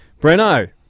Breno